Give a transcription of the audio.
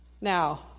Now